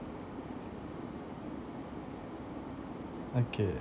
okay